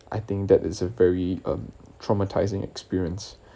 I think that is a very um traumatising experience